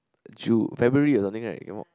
Ju~ February or something right it came out